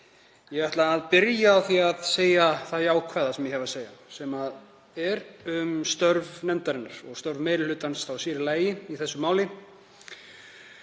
Ég ætla að byrja á því að segja það jákvæða sem ég hef að segja sem er um störf nefndarinnar og störf meiri hlutans sér í lagi í þessu máli.